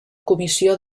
comissió